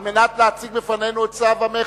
על מנת להציג בפנינו את צו המכס.